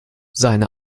seine